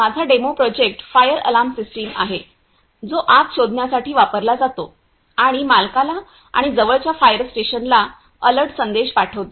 माझा demo project fire alarm system आहे जो आग शोधण्यासाठी वापरला जातो आणि मालकाला आणि जवळच्या फायर स्टेशनला अलर्ट संदेश पाठवितो